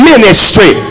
Ministry